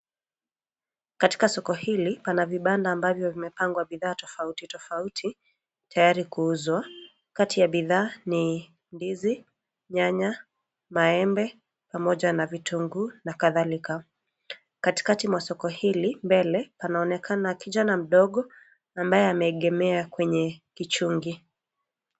Katika soko hili pana vibanda ambavyo vimepangwa bidhaa tofauti tofauti tayari kuuzwa. Kati ya bidhaa ni ndizi, nyanya, maembe pamoja na vitunguu na kadhalika. Katikati mwa soko hili mbele panaonekana kijana mdogo ambaye anaegemea kwenye kichungi.